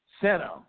center